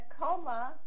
coma